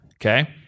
Okay